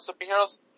superheroes